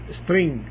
string